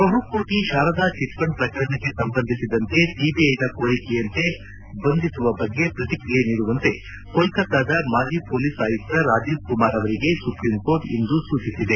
ಬಹುಕೋಟ Saradha chit fund ಪ್ರಕರಣಕ್ಕೆ ಸಂಬಂಧಿಸಿದಂತೆ ಸಿಬಿಐನ ಕೋರಿಕೆಯಂತೆ ಬಂಧಿಸುವ ಬಗ್ಗೆ ಪ್ರತಿಕ್ರಿಯೆ ನೀಡುವಂತೆ ಕೋಲ್ಕತಾದ ಮಾಜಿ ಪೊಲೀಸ್ ಆಯುಕ್ತ ರಾಜೀವ್ ಕುಮಾರ್ ಅವರಿಗೆ ಸುಪ್ರೀಂ ಕೋರ್ಟ್ ಇಂದು ಸೂಚಿಸಿದೆ